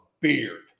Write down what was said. beard